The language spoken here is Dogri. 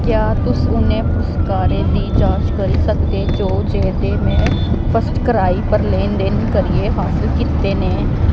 क्या तुस उ'नें पुरस्कारें दी जांच करी सकदे जो जेह्दे में फर्स्टक्राई पर लैन देन करियै हासल कीते न